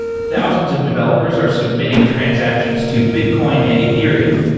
thousands of developers are submitting transactions to bitcoin and ethereum,